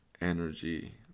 energy